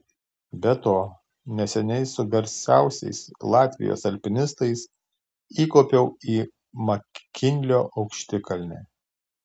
be to neseniai su garsiausiais latvijos alpinistais įkopiau į makinlio aukštikalnę